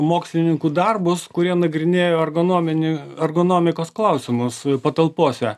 mokslininkų darbus kurie nagrinėjo ergonominį ergonomikos klausimus patalpose